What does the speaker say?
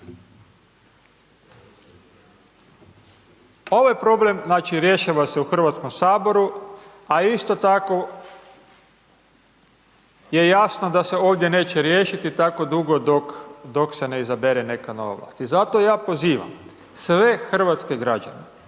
Ovo je problem, znači, rješava se u HS, a isto tako je jasno da se ovdje neće riješiti tako dugo dok se ne izabere neka nova vlast i zato ja pozivam sve hrvatske građane,